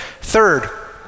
Third